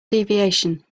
deviation